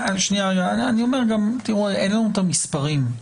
אין לנו את המספרים,